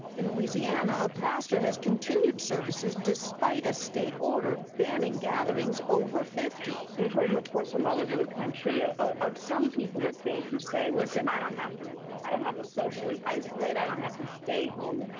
in louisiana, a pastor has continued services despite a state order banning gathering over fifty we've heard reports from all over the country ah ah of some people of faith who say, listen, i don't have to i don't have to socially isolate, i don't have to stay home,